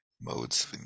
modes